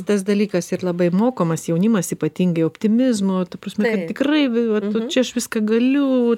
tas dalykas ir labai mokomas jaunimas ypatingai optimizmo ta prasme tai tikrai vi vat čia aš viską galiu vat